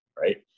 right